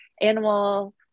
animal